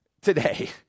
today